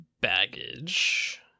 baggage